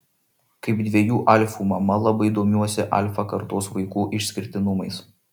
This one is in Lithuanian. kaip dviejų alfų mama labai domiuosi alfa kartos vaikų išskirtinumais